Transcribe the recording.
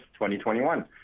2021